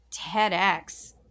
TEDx